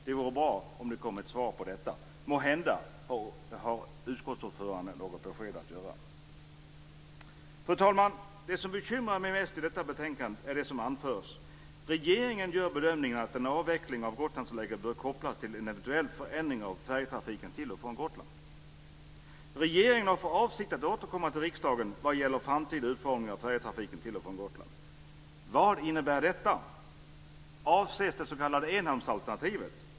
Det vore bra om det kom ett svar på detta i dag. Måhända har utskottsordföranden något besked att ge. Fru talman! Det som bekymrar mig mest i detta betänkande är det som anförs om att regeringen gör bedömningen att en avveckling av Gotlandstillägget bör kopplas till en eventuell förändring av färjetrafiken till och från Gotland. Vidare: Regeringen har för avsikt att återkomma till riksdagen vad gäller framtida utformningen av färjetrafiken till och från Gotland. Vad innebär detta? Avses det s.k. enhamnsalternativet?